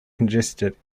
congested